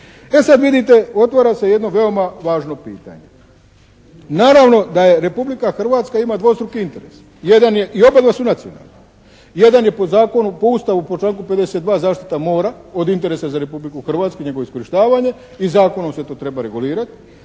E sad vidite otvara se jedno veoma važno pitanje. Naravno da Republika Hrvatska ima dvostruki interes i oba dva su nacionalna. Jedan je po zakonu … po članku 52. zaštita mora od interesa za Republiku Hrvatsku i njegovo iskorištavanje i zakonom se to treba regulirati.